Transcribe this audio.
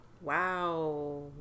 Wow